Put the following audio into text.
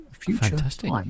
Fantastic